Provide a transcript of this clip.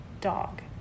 dog